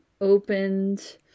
opened